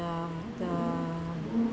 the the